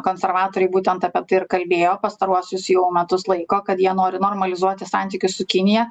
konservatoriai būtent apie tai ir kalbėjo pastaruosius jau metus laiko kad jie nori normalizuoti santykius su kinija